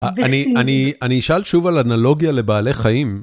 אני אשאל שוב על אנלוגיה לבעלי חיים.